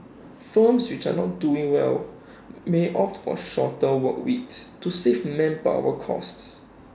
firms which are not doing well may opt for shorter work weeks to save manpower costs